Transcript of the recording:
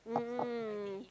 mm mm mm